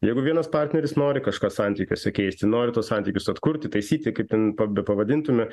jeigu vienas partneris nori kažką santykiuose keisti nori tuos santykius atkurti taisyti kaip ten pa bepavadintume